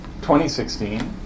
2016